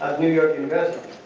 new york investments.